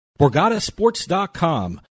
BorgataSports.com